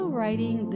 writing